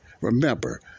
Remember